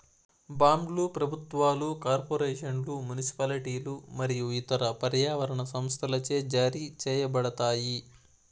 బాండ్లు ప్రభుత్వాలు, కార్పొరేషన్లు, మునిసిపాలిటీలు మరియు ఇతర పర్యావరణ సంస్థలచే జారీ చేయబడతాయి